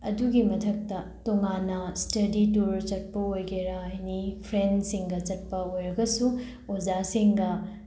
ꯑꯗꯨꯒꯤ ꯃꯊꯛꯇ ꯇꯣꯉꯥꯟꯅ ꯏꯁꯇꯗꯤ ꯇꯨꯔ ꯆꯠꯄ ꯑꯣꯏꯒꯦꯔ ꯑꯦꯅꯤ ꯐ꯭ꯔꯦꯟꯁꯤꯡꯒ ꯆꯠꯄ ꯑꯣꯏꯔꯒꯁꯨ ꯑꯣꯖꯥꯁꯤꯡꯒ